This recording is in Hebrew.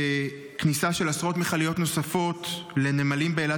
שכניסה של עשרות מכליות נוספות לנמלים באילת